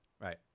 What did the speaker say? Right